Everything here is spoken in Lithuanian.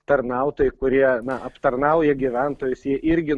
tarnautojai kurie na aptarnauja gyventojus jie irgi